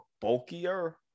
bulkier